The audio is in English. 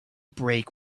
break